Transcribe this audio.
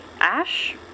Ash